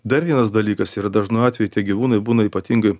dar vienas dalykas yra dažnu atveju tie gyvūnai būna ypatingai